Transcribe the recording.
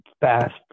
fast